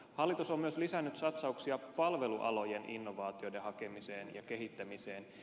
hallitus on myös lisännyt satsauksia palvelualojen innovaatioiden hakemiseen ja kehittämiseen